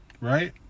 right